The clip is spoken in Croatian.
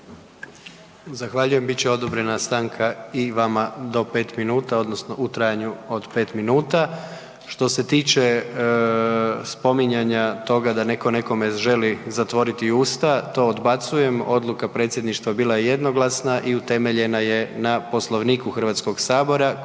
Zahvaljujem. Bit će odobrena stanka i vama do 5 minuta odnosno u trajanju od 5 minuta. Što se tiče spominjanja toga da netko nekome želi zatvoriti usta, to odbacujem, odluka predsjedništava bila je jednoglasna i utemeljena je na Poslovniku Hrvatskog sabora